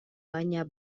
baina